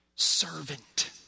servant